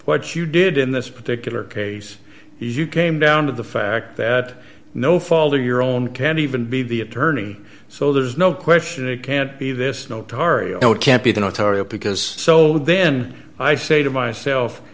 what you did in this particular case you came down to the fact that no fault of your own can even be the attorney so there's no question it can't be this notarial know it can't be the notarial because so then i say to myself